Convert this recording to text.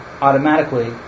automatically